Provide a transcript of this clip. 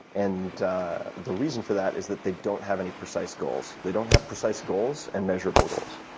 and the reason for that is that they don't have any precise goals. they don't have precise goals and measurable goals.